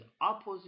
opposite